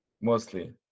mostly